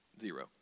Zero